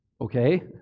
Okay